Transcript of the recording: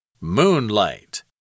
Moonlight